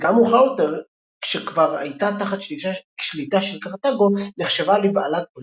מאוחר יותר כשכבר הייתה תחת שליטה של קרתגו נחשבה לבעלת ברית מיוחסת.